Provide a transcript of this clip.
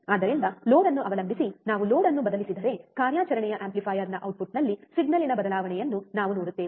ಆದ್ದರಿಂದ ಲೋಡ್ ಅನ್ನು ಅವಲಂಬಿಸಿ ನಾವು ಲೋಡ್ ಅನ್ನು ಬದಲಿಸಿದರೆ ಕಾರ್ಯಾಚರಣೆಯ ಆಂಪ್ಲಿಫೈಯರ್ನ ಔಟ್ಪುಟ್ಟ್ನಲ್ಲಿ ಸಿಗ್ನಲ್ನಲ್ಲಿನ ಬದಲಾವಣೆಯನ್ನು ನಾವು ನೋಡುತ್ತೇವೆ